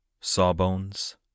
Sawbones